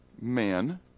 man